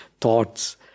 thoughts